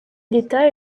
d’état